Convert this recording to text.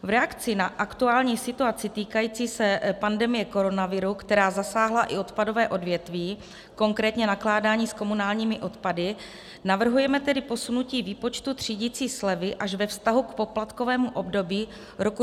V reakci na aktuální situaci týkající se pandemie koronaviru, která zasáhla i odpadové odvětví, konkrétně nakládání s komunálními odpady, navrhujeme tedy posunutí výpočtu třídicí slevy až ve vztahu k poplatkovému období roku 2023.